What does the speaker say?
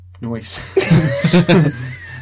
noise